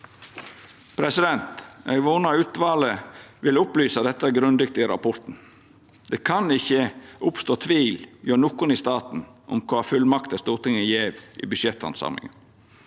ut av. Eg vonar utvalet vil opplysa dette grundig i rapporten. Det kan ikkje oppstå tvil hjå nokon i staten om kva fullmakter Stortinget gjev i budsjetthandsaminga.